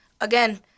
again